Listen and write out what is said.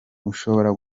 ushobora